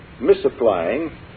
misapplying